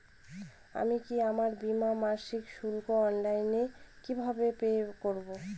আমি কি আমার বীমার মাসিক শুল্ক অনলাইনে কিভাবে পে করব?